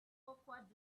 awkward